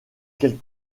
quel